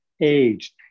aged